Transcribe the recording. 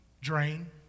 drain